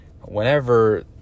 whenever